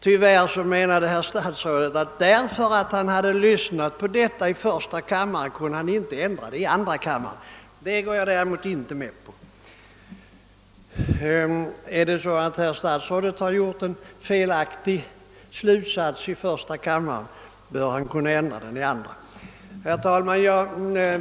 Tyvärr ansåg herr statsrådet att emedan han hade lyssnat på detta i första kammaren, så kunde han inte ändra mening i andra kammaren. En sådan sak går jag däremot inte med på. Om herr statsrådet har gjort en felaktig slutsats i första kammaren, bör han kunna ändra den i andra.